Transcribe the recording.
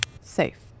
Safe